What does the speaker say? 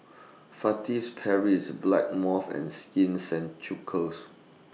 Paris Blackmores and Skin